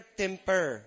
temper